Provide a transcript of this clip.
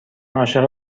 عاشق